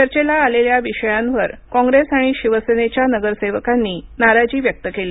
चर्चेला आलेल्या विषयांवर काँग्रेस आणि शिवसेनेच्या नगरसेवकांनी नाराजी व्यक्त केली